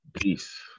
Peace